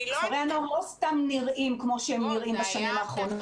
כפרי הנוער לא סתם נראים כמו שהם נראים בשנים האחרונות,